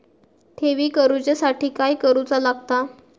ठेवी करूच्या साठी काय करूचा लागता?